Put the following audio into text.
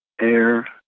air